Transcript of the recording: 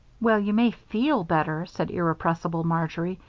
well, you may feel better, said irrepressible marjory,